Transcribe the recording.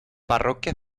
parroquia